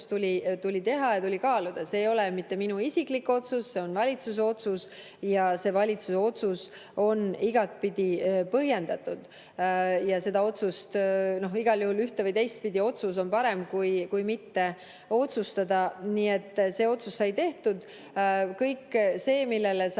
kõike tuli kaaluda. See ei ole mitte minu isiklik otsus, see on valitsuse otsus ja see valitsuse otsus on igatpidi põhjendatud. Igal juhul on üht‑ või teistpidi otsus parem kui mitte otsustada. Nii et see otsus sai tehtud. Kõik see, millele sa